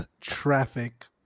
Traffic